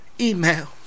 email